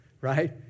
right